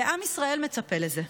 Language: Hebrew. ועם ישראל מצפה לזה.